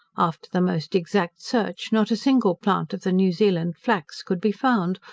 after the most exact search not a single plant of the new zealand flax could be found,